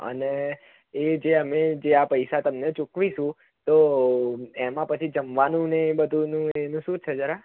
અને એ જે અમે જે આ પૈસા તમને ચૂકવીશું તો એમાં જમવાનુંને બધું શું છે જરા